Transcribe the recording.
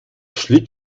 schlick